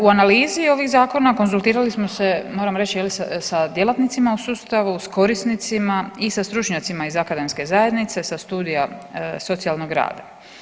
U analizi ovih zakona konzultirali smo se moram reći je li sa djelatnicima u sustavu, s korisnicima i sa stručnjacima iz akademske zajednice sa studija socijalnog rada.